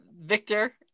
Victor